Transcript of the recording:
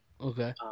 okay